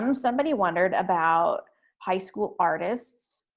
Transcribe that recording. um somebody wondered about high school artists,